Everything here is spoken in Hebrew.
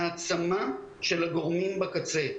לשמוע מה קורה עם הסייעות המשלבות.